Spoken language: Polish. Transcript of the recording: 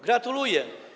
Gratuluję.